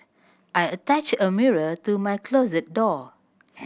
I attached a mirror to my closet door